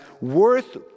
worth